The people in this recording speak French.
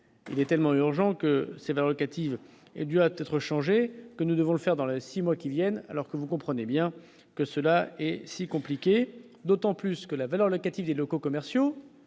il tellement urgent que c'est pas locative et du a peut-être changé, que nous devons le faire dans le 6 mois qui viennent, alors que, vous comprenez bien que cela est si compliqué, d'autant plus que la valeur locative des locaux commerciaux,